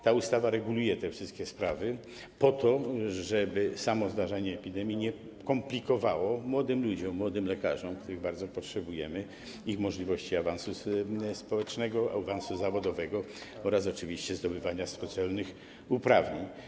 Ta ustawa reguluje te wszystkie sprawy, po to żeby samo zdarzenie epidemii nie komplikowało młodym ludziom, młodym lekarzom, których bardzo potrzebujemy, możliwości awansu społecznego, zawodowego oraz oczywiście możliwości zdobywania specjalnych uprawnień.